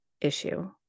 issue